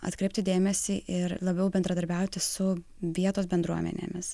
atkreipti dėmesį ir labiau bendradarbiauti su vietos bendruomenėmis